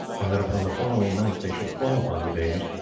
and that upon the following night they should fall upon the danes,